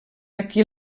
aquí